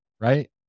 right